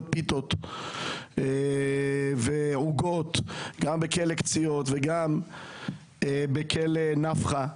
פיתות ועוגות גם בכלא קצינות וגם בכלא נפחא.